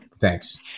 thanks